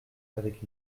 avec